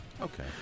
Okay